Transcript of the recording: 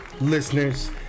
listeners